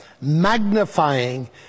magnifying